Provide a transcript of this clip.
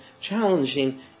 challenging